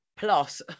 Plus